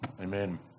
Amen